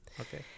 Okay